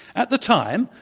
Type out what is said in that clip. at the time,